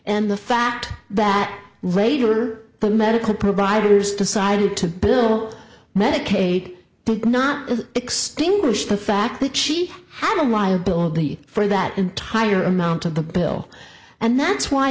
and the fact that regular the medical providers decided to bill medicaid not extinguish the fact that she had a liability for that entire amount of the bill and that's why